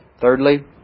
Thirdly